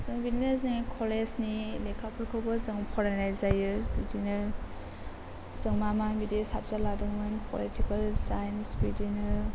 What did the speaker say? जों बिदिनो जोंनि कलेजनि लेखाफोरखौबो जों फरायनाय जायो बिदिनो जों मा मा बिदि साबजेक्ट लादोंमोन फरायजोबो साइन्स बिदिनो